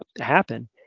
happen